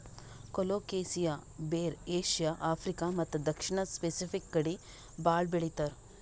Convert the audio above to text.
colocasia ಬೇರ್ Asia, Africa ಮತ್ತ್ ದಕ್ಷಿಣ್ ಸ್ಪೆಸಿಫಿಕ್ ಕಡಿ ಭಾಳ್ ಬೆಳಿತಾರ್